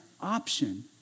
option